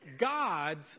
God's